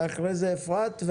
ואחרי כן אפרת רייטן מרום,